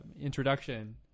introduction